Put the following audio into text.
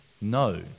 No